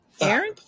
Aaron